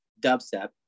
Dubstep